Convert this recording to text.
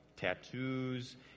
tattoos